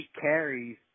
carries